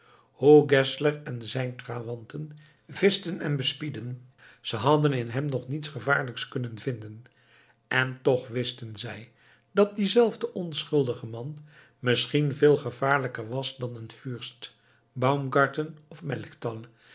geszler en zijne trawanten vischten en bespiedden ze hadden in hem nog niets gevaarlijks kunnen vinden en toch wisten zij dat diezelfde onschuldige man misschien veel gevaarlijker was dan een fürst baumgarten of